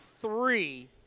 three